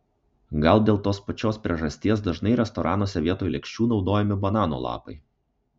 gal dėl tos pačios priežasties dažnai restoranuose vietoj lėkščių naudojami banano lapai